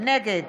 נגד